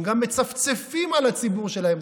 הם גם מצפצפים על הציבור שלהם.